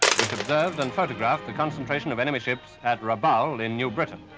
which observed and photographed the concentration of enemy ships at rabaul in new britain.